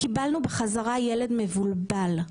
קיבלנו בחזרה ילד מבולבל,